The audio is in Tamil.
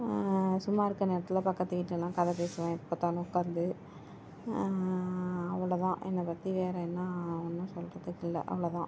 சும்மா இருக்க நேரத்தில் பக்கத்து வீட்லெலாம் கதை பேசுவேன் எப்போ பார்த்தாலும் உக்காந்து அவ்வளோதான் என்னை பற்றி வேறு என்ன ஒன்றும் சொல்கிறத்துக்கு இல்லை அவ்வளோதான்